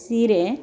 ಸೀರೆ